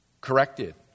corrected